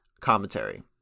commentary